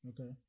Okay